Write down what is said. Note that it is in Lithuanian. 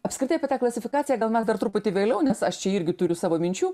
apskritai apie tą klasifikaciją gal mes dar truputį vėliau nes aš čia irgi turiu savo minčių